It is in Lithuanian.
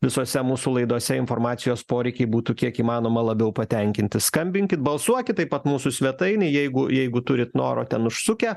visose mūsų laidose informacijos poreikiai būtų kiek įmanoma labiau patenkinti skambinkit balsuokit taip pat mūsų svetainėj jeigu jeigu turit noro ten užsukę